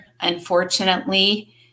unfortunately